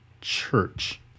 Church